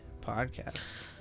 podcast